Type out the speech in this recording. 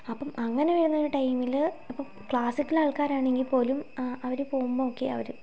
അപ്പം അങ്ങനെവരുന്നൊരു ടൈമിലു ഇപ്പോൾ ക്ലാസിക്കൽ ആൾകാരാണെങ്കിൽ പോലും അവരു പോകുമ്പോളൊക്കെ അവരു